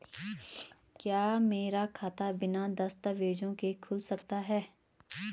क्या मेरा खाता बिना दस्तावेज़ों के खुल सकता है?